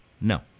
no